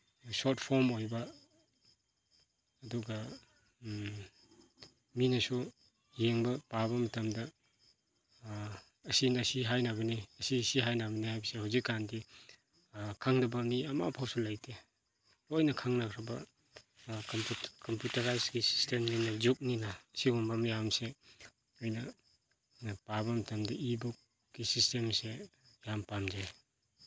short form ꯑꯣꯏꯕ ꯑꯗꯨꯒ ꯃꯤꯅꯁꯨ ꯌꯦꯡꯕ ꯄꯥꯕ ꯃꯇꯝꯗ ꯑꯁꯤꯅ ꯁꯤ ꯍꯥꯏꯅꯕꯅꯤ ꯑꯁꯤ ꯁꯤ ꯍꯥꯏꯅꯕꯅꯤ ꯍꯥꯏꯕꯁꯦ ꯍꯧꯖꯤꯛꯀꯥꯟꯗꯤ ꯈꯪꯗꯕ ꯃꯤ ꯑꯃꯐꯧꯁꯨ ꯂꯩꯇꯦ ꯂꯣꯏꯅ ꯈꯪꯅꯈ꯭ꯔꯕ ꯀꯝꯄ꯭ꯌꯨꯇꯔꯥꯏꯁꯀꯤ ꯁꯤꯁꯇꯦꯝꯅꯤꯅ ꯖꯨꯛꯅꯤꯅ ꯑꯁꯤꯒꯨꯝꯕ ꯃꯌꯥꯝꯁꯦ ꯑꯩꯅ ꯄꯥꯕ ꯃꯇꯝꯗ ꯏ ꯕꯨꯛꯀꯤ ꯁꯤꯁꯇꯦꯝꯁꯦ ꯌꯥꯝ ꯄꯥꯝꯖꯩ